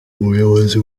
ubuyobozi